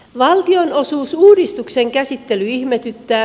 valtionosuusuudistuksen käsittely ihmetyttää